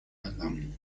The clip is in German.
erlangen